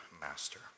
master